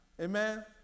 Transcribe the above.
Amen